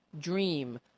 Dream